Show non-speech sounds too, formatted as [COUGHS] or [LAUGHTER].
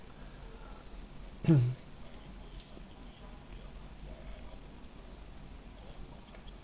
[COUGHS]